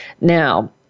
Now